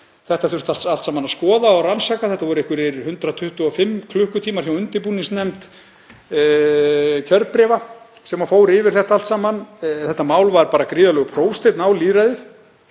alltaf allt saman að skoða og rannsaka, að það voru einhverjir 125 klukkutímar hjá undirbúningsnefnd kjörbréfa sem fór yfir þetta allt saman. Þetta mál var bara gríðarlegur prófsteinn á lýðræðið